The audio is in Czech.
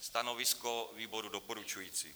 Stanovisko výboru doporučující.